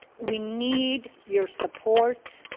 we need your support